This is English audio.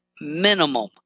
minimum